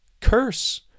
curse